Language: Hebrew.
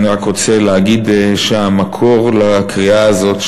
אני רק רוצה להגיד שהמקור לקריעה הזאת,